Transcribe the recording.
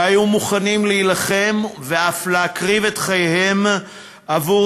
שהיו מוכנים להילחם ואף להקריב את חייהם עבור